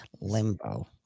limbo